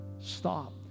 Stop